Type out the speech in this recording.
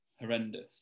Horrendous